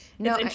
No